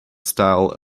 style